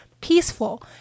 peaceful